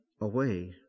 away